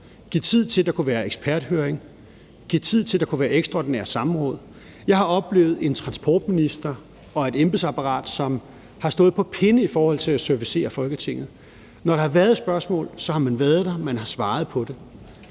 give tid til, at der kunne være en eksperthøring, give tid til, at der kunne være et ekstraordinært samråd. Jeg har oplevet en transportminister og et embedsapparat, som har stået på pinde for at servicere Folketinget. Når der har været et spørgsmål, har man været der, og man har svaret på det.